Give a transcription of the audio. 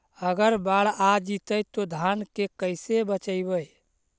अगर बाढ़ आ जितै तो धान के कैसे बचइबै?